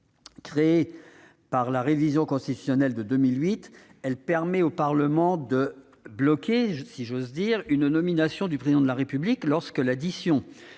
Créée par la révision constitutionnelle de 2008, elle permet au Parlement de « bloquer » une nomination du Président de la République lorsque l'addition